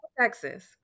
Texas